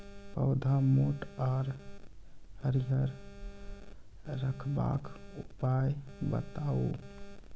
पौधा मोट आर हरियर रखबाक उपाय बताऊ?